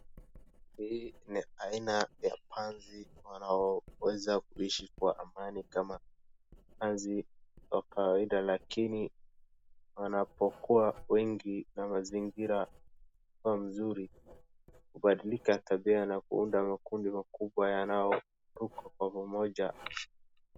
Hii ni aina ya panzi wanaoweza kuishi kwa amani kama panzi wa kawaida, lakini wanapokuwa wengi na mazingira kuwa mzuri, hubadilika tabia na kuunda makundi makubwa yanayoruka kwa pamoja.